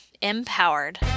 empowered